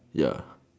ya